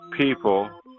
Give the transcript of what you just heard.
people